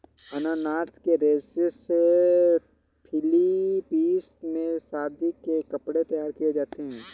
अनानास के रेशे से फिलीपींस में शादी के कपड़े तैयार किए जाते हैं